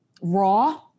raw